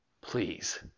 Please